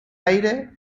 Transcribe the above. aire